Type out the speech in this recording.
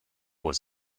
was